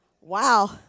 Wow